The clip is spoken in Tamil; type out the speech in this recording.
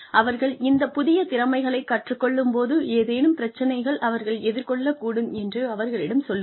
அவர்கள் இந்த புதிய திறமைகளைக் கற்றுக் கொள்ளும் போது ஏதேனும் பிரச்சினைகள் அவர்கள் எதிர்கொள்ளக்கூடும் என்று அவர்களிடம் சொல்லுங்கள்